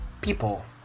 people